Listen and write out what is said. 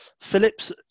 Phillips